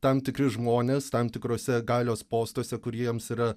tam tikri žmonės tam tikruose galios postuose kur jiems yra